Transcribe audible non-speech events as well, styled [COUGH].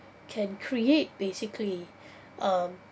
can create basically [BREATH] um